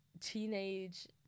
teenage